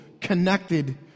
connected